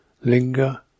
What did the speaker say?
linger